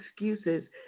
excuses